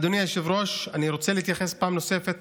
אדוני היושב-ראש, אני רוצה להתייחס פעם נוספת